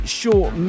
short